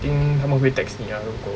think 他们会 text 你啊如果